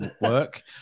work